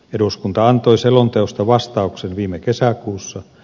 eduskunta antoi selonteosta vastauksen viime kesäkuussa